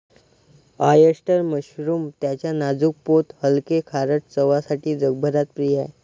oyster mushroom त्याच्या नाजूक पोत हलके, खारट चवसाठी जगभरात प्रिय आहे